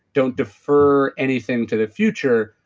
don't defer anything to the future,